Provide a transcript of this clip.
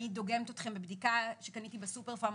אני דוגמת אתכם בבדיקה שקניתי בסופרפארם